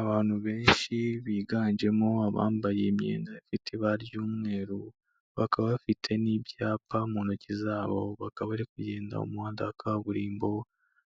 Abantu benshi biganjemo abambaye imyenda ifite ibara ry'umweru, bakaba bafite n'ibyapa mu ntoki zabo, bakaba bari kugenda mu muhanda wa kaburimbo,